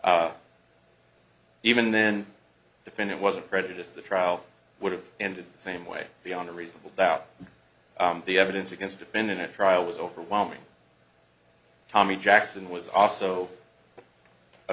they even then defendant wasn't prejudice the trial would have ended the same way beyond a reasonable doubt the evidence against if in a trial was overwhelming tommy jackson was also a